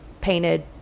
painted